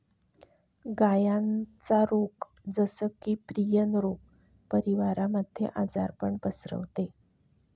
गायांचा रोग जस की, प्रियन रोग परिवारामध्ये आजारपण पसरवते